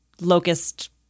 locust